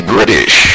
British